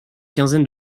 quinzaine